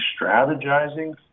strategizing